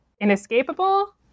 inescapable